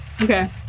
Okay